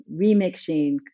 remixing